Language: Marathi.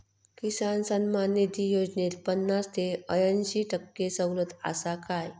किसान सन्मान निधी योजनेत पन्नास ते अंयशी टक्के सवलत आसा काय?